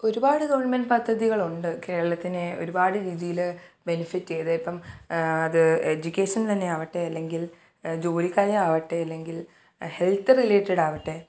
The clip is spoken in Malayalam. ഒരുപാട് ഗവൺമെൻറ്റ് പദ്ധതികളുണ്ട് കേരളത്തിന് ഒരുപാട് രീതിയിൽ ബെനെഫിറ്റ് ചെയ്ത് ഇപ്പം അത് എജ്യുക്കേഷൻ തന്നെയാകട്ടെ അല്ലെങ്കിൽ ജോലിക്കാരാകട്ടെ അല്ലെങ്കിൽ ഹെൽത്ത് റിലേറ്റടാകട്ടെ